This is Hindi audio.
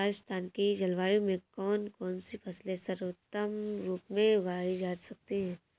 राजस्थान की जलवायु में कौन कौनसी फसलें सर्वोत्तम रूप से उगाई जा सकती हैं?